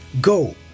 Go